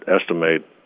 estimate